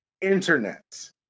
internet